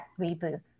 reboot